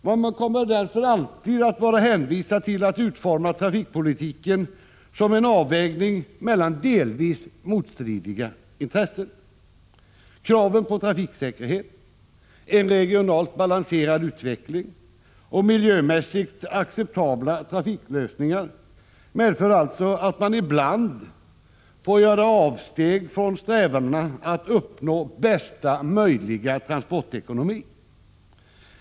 Man kommer alltid att vara hänvisad till att utforma trafikpolitiken som en avvägning mellan delvis motstridiga intressen. Kraven på trafiksäkerhet, en regionalt balanserad utveckling och miljömässigt acceptabla trafiklösningar medför alltså att man ibland får göra avsteg från strävandena att uppnå bästa möjliga transportekonomi.